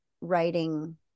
writing